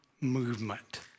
movement